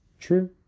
True